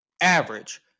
average